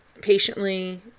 patiently